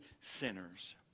sinners